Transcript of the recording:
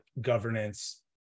governance